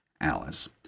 Alice